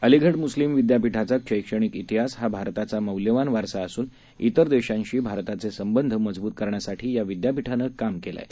अलिगढमुस्लीमविद्यापिठाचाशैक्षणिकइतिहासहाभारताचामौल्यवानवारसाअसूनइतर देशांशीभारताचेसंबंधमजबूतकरण्यासाठीयाविद्यापिठानंकामकेलंआहे